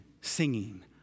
singing